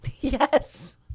Yes